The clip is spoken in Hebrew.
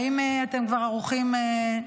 האם אתם כבר ערוכים?